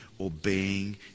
obeying